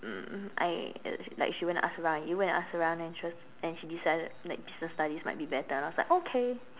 um I like she went to ask around you went to ask around and she was and she decided that business studies might be better and I was like okay